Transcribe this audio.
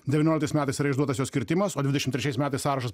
devynioliktais metais yra išduotas jos kritimas o dvidešimt trečiais metais sąrašas